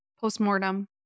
Post-mortem